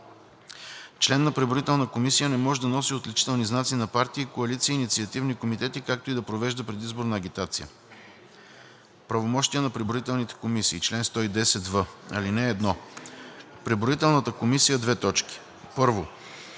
Член на преброителна комисия не може да носи отличителни знаци на партии, коалиции и инициативни комитети, както и да провежда предизборна агитация. Правомощия на преброителните комисии. Чл. 110в. (1) Преброителната комисия: 1. приема